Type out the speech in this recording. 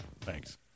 Thanks